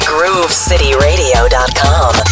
GrooveCityRadio.com